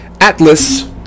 Atlas